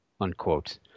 unquote